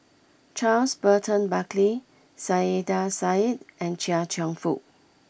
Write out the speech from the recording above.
Charles Burton Buckley Saiedah Said and Chia Cheong Fook